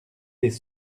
des